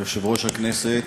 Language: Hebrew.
יושבת-ראש הישיבה,